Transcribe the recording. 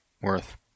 worth